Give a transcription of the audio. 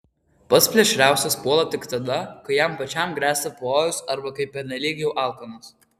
pats plėšriausias puola tik tada kai jam pačiam gresia pavojus arba kai pernelyg jau alkanas